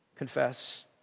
Confess